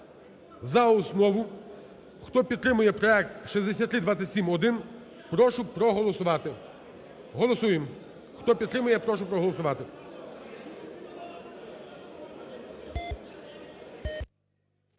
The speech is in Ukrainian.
за основу. Хто підтримує проект 6327-1, прошу проголосувати. Голосуєм. Хто підтримує, прошу проголосувати.